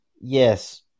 yes